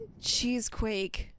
Cheesequake